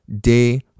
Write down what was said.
day